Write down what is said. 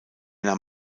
nahm